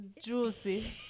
juicy